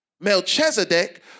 Melchizedek